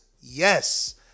Yes